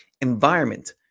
Environment